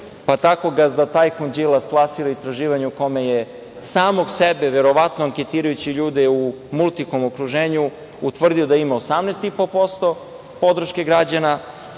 pa tako gazda tajkun Đilas plasira istraživanje u kome je samog sebe, verovatno anketirajući ljude u „Multikom“ okruženju utvrdio da ima 18,5% podrške građana,